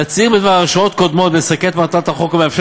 תצהיר בדבר הרשעות קודמות מסכל את מטרת החוק ומאפשר